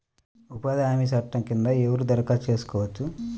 ఉపాధి హామీ చట్టం కింద ఎవరు దరఖాస్తు చేసుకోవచ్చు?